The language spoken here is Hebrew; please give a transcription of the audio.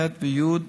ח' וי',